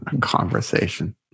conversation